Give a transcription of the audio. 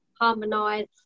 harmonize